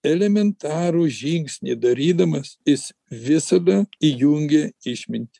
elementarų žingsnį darydamas jis visada įjungia išmintį